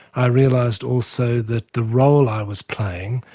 i realised also that the role i was playing,